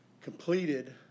completed